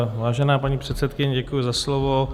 Vážená paní předsedkyně, děkuji za slovo.